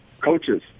coaches